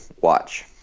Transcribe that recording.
watch